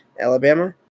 Alabama